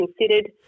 considered